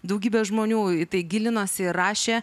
daugybė žmonių į tai gilinosi ir rašė